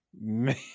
man